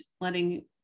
letting